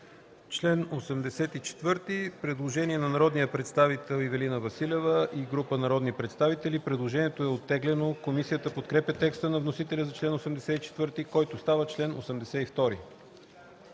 Член 84 – предложение на народния представител Ивелина Василева и група народни представители. Предложението е оттеглено. Комисията подкрепя текста на вносителя за чл. 84, който става чл. 82.